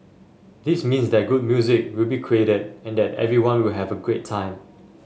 this means that good music will be created and that everyone will have a great time